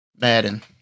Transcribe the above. Madden